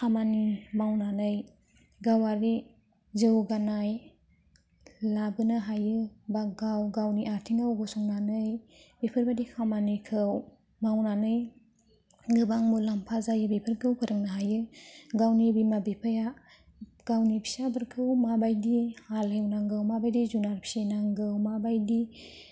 खामानि मावनानै गावारि जौगानाय लाबोनो हायो बा गाव गावनि आथिङाव गसंनानै बेफोरबादि खामानिखौ मावनानै गोबां मुलाम्फा जायो बेफोरखौ फोरोंनो हायो गावनि बिमा बिफाया गावनि फिसाफोरखौ माबादि हालेवनांगौ माबादि जुनार फिसिनांगौ माबादि